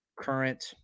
current